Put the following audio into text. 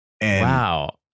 Wow